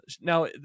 Now